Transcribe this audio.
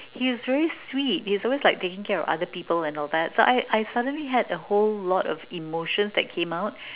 he is very sweet he is always like taking care of other people and all that so I I suddenly had a whole lot of emotions that came out